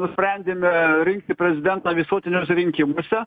nusprendėme rinkti prezidentą visuotiniuose rinkimuose